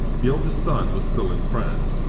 the oldest son was still in france.